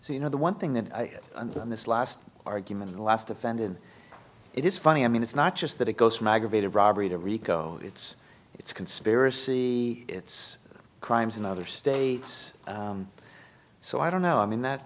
so you know the one thing that i and then this last argument in the last defended it is funny i mean it's not just that it goes from aggravated robbery to rico it's it's conspiracy it's crimes in other states so i don't know i mean that